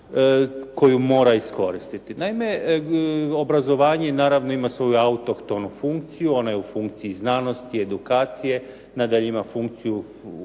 koju mora iskoristiti. Naime, obrazovanje naravno ima svoju autohtonu funkciju, ona je u funkciji znanosti, edukacije. Nadalje ima funkciju vezano